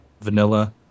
Vanilla